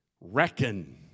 reckon